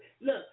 Look